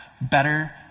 better